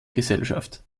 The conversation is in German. gesellschaft